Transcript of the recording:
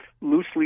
loosely